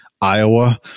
Iowa